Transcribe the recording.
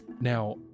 now